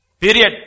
Period